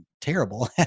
terrible